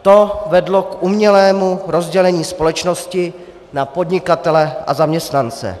To vedlo k umělému rozdělení společnosti na podnikatele a zaměstnance.